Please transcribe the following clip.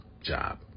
job